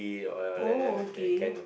oh okay